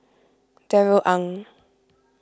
Darrell Ang